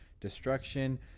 Destruction